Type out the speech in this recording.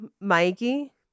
Mikey